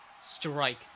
Strike